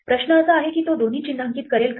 प्रश्न असा आहे की तो दोन्ही चिन्हांकित करेल का